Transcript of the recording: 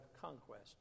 conquest